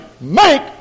make